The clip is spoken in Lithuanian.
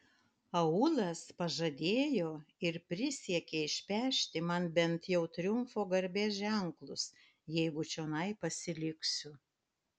aulas pažadėjo ir prisiekė išpešti man bent jau triumfo garbės ženklus jeigu čionai pasiliksiu